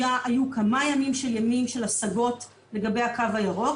היו כמה ימי השגות לגבי הקו הירוק,